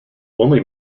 only